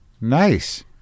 Nice